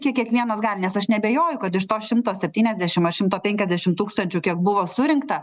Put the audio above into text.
kiek kiekvienas gali nes aš neabejoju kad iš to šimto septyniasdešimt ar šimto penkiasdešimt tūkstančių kiek buvo surinkta